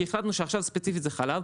כי החלטנו שעכשיו ספציפית זה חלב,